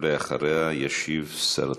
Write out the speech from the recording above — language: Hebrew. אחריה ישיב שר התחבורה.